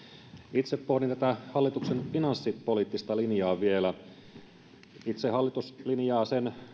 itse pohdin tätä hallituksen finanssipoliittista linjaa vielä hallitus itse linjaa sen